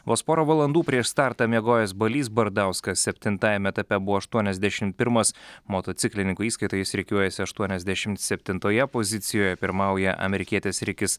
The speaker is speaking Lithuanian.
vos porą valandų prieš startą miegojęs balys bardauskas septintajame etape buvo aštuoniasdešim pirmas motociklininkų įskaitoje jis rikiuojasi aštuoniasdešimt septintoje pozicijoje pirmauja amerikietis rikis